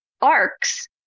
arcs